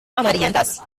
amarillentas